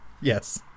Yes